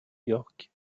york